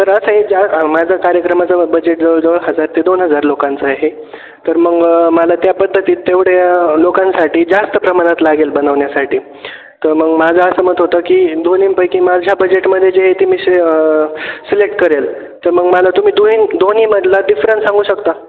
तर असं आहे ज्या माझं कार्यक्रमाचं बजेट जवळजवळ हजार ते दोन हजार लोकांचं आहे तर मग मला त्या पद्धतीत तेवढ्या लोकांसाठी जास्त प्रमाणात लागेल बनवण्यासाठी तर मग माझं असं मत होतं की दोन्हींपैकी माझ्या बजेटमध्ये जे ते मी सिलेक्ट करेल तर मग मला तुम्ही दोनही दोन्हीमधला डिफरनस सांगू शकता